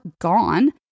gone